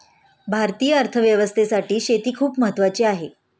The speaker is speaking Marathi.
भारतीय अर्थव्यवस्थेसाठी शेती खूप महत्त्वाची आहे